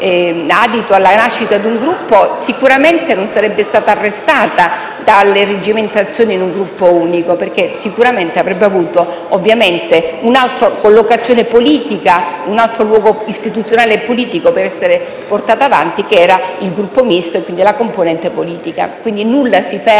adito alla nascita di un Gruppo sicuramente non sarebbe stata arrestata dalle irreggimentazioni in un Gruppo unico, perché ovviamente avrebbe avuto un'altra collocazione politica, un altro luogo istituzionale e politico per essere portata avanti, che era il Gruppo Misto e quindi la componente politica. Nulla si ferma.